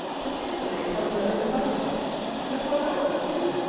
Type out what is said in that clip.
particularly, upon your own family and upon ours too?